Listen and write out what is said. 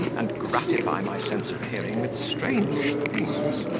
and gratify my sense of hearing with strange things,